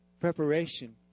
preparation